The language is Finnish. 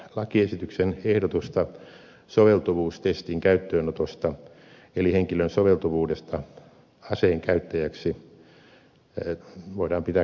lakiesityksen ehdotusta soveltuvuustestin käyttöönotosta eli henkilön soveltuvuudesta aseen käyttäjäksi voidaan pitää kannatettavana